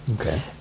Okay